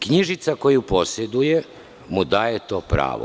Knjižica koju poseduje mu daje to pravo.